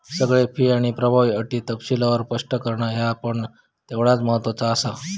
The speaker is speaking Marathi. सगळे फी आणि प्रभावी अटी तपशीलवार स्पष्ट करणा ह्या पण तेवढाच महत्त्वाचा आसा